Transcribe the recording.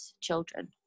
children